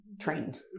trained